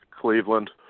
Cleveland